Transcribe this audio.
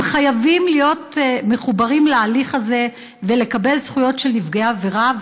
הם חייבים להיות מחוברים להליך הזה ולקבל זכויות של נפגעי עבירה.